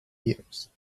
years